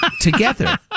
Together